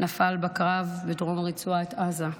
נפל בקרב בדרום רצועת עזה.